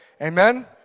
amen